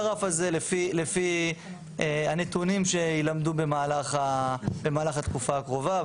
הרף הזה לפי הנתונים שיילמדו במהלך התקופה הקרובה,